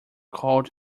called